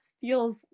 feels